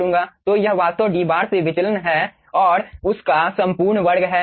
तो यह वास्तव डी बार से विचलन है और उस का संपूर्ण वर्ग है